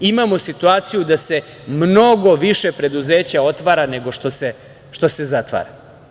Imamo situaciju da se mnogo više preduzeća otvara, nego što se zatvara.